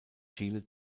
chile